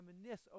reminisce